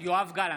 יואב גלנט,